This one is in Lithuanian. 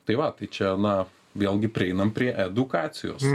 tai va tai čia na vėlgi prieinam prie edukacijos